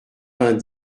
vingt